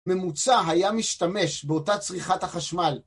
ממוצע היה משתמש באותה צריכת החשמל.